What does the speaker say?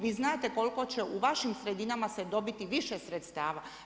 Vi znate koliko će u vašim sredinama se dobiti više sredstava.